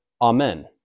Amen